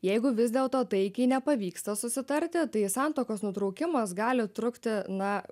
jeigu vis dėl to taikiai nepavyksta susitarti tai santuokos nutraukimas gali trukti na